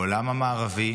העולם המערבי,